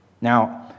Now